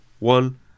One